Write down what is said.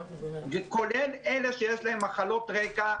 וכולל אלה שיש להם מחלות רקע,